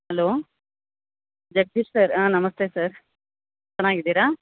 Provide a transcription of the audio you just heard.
hello Jagadish sir namaste sir ಚೆನ್ನಾಗಿದೀರಾ